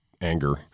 anger